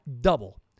double